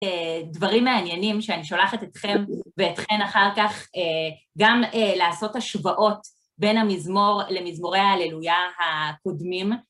דברים מעניינים שאני שולחת אתכם ואתכן אחר כך, גם לעשות השוואות בין המזמור למזמורי ההללויה הקודמים.